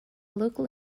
local